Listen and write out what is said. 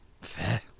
Fair